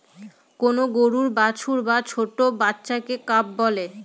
কোন গরুর বাছুর বা ছোট্ট বাচ্চাকে কাফ বলে